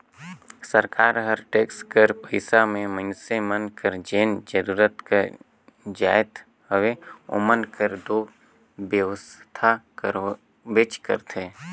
सरकार हर टेक्स कर पइसा में मइनसे मन कर जेन जरूरत कर जाएत हवे ओमन कर दो बेवसथा करबेच करथे